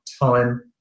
time